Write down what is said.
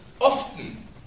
often